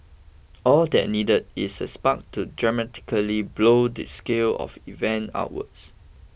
all that needed is a spark to dramatically blow the scale of events outwards